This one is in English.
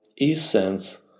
essence